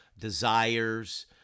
desires